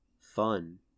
fun